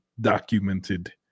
documented